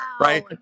right